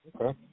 Okay